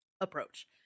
approach